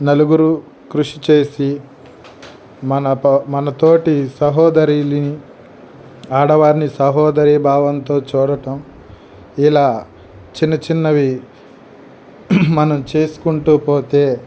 నలుగురు కృషి చేసి మన త మన తోటి సహోదరిని ఆడవారిని సహోదరి భావంతో చూడటం ఇలా చిన్నచిన్నవి మనం చేసుకుంటూ పోతే